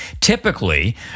Typically